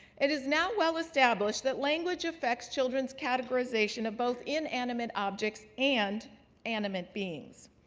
it is now well established that language affects children's categorization of both inanimate objects and animate beings.